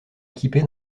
équipés